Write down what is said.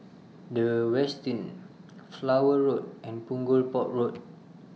The Westin Flower Road and Punggol Port Road